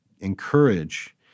encourage